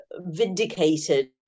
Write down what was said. vindicated